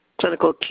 clinical